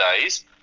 days